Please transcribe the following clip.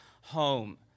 home